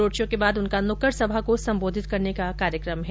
road show के बाद उनका नुक्कड सभा को संबोधित करने का कार्यक्रम है